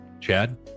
chad